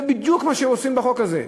זה בדיוק מה שהם עושים בחוק הזה.